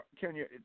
Kenya